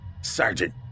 Sergeant